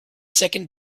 second